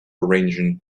arranging